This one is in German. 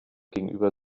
gegenüber